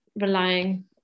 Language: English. relying